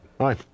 Hi